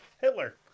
Hitler